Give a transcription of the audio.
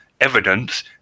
evidence